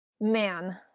Man